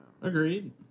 Agreed